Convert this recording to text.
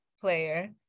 player